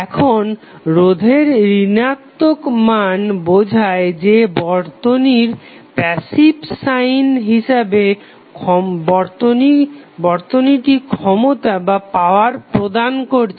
এখন রোধের ঋণাত্মক মান বোঝায় যে বর্তনীর প্যাসিভ সাইন হিসাবে বর্তনীটি ক্ষমতা প্রদান করবে